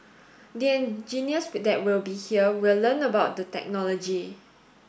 the engineers that will be here will learn about the technology